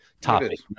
topic